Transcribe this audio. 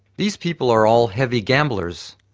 these people are all heavy gamblers,